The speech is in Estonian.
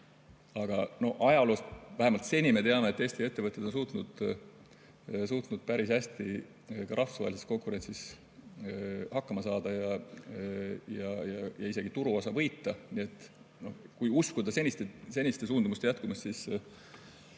Aga ajaloost vähemalt seni me teame, et Eesti ettevõtted on suutnud päris hästi ka rahvusvahelises konkurentsis hakkama saada ja isegi turuosa võita. Nii et kui uskuda seniste suundumuste jätkumist, siis